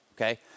Okay